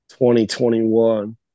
2021